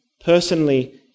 personally